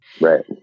Right